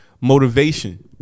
motivation